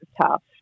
tough